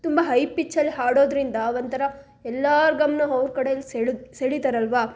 ತುಂಬ ಹೈ ಪಿಚ್ಚಲ್ಲಿ ಹಾಡೋದರಿಂದ ಒಂಥರ ಎಲ್ಲಾರ ಗಮನ ಅವ್ರ್ ಕಡೆಯಲ್ಲಿ ಸೆಳೆದ್ ಸೆಳಿತಾರಲ್ವಾ